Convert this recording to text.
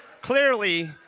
clearly